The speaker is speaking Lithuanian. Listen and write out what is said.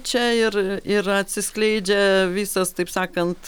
čia ir ir atsiskleidžia visas taip sakant